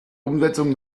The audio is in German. umsetzung